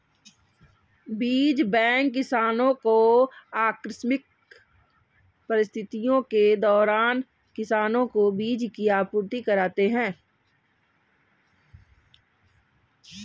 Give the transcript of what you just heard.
बीज बैंक किसानो को आकस्मिक परिस्थितियों के दौरान किसानो को बीज की आपूर्ति कराते है